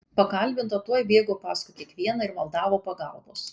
pakalbinta tuoj bėgo paskui kiekvieną ir maldavo pagalbos